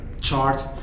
chart